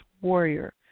warrior